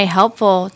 helpful